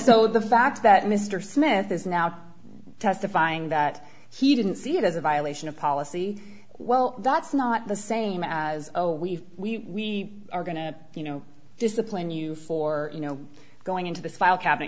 so the fact that mr smith is now testifying that he didn't see it as a violation of policy well that's not the same as oh we've we are going to you know discipline you for you know going into this file cabinet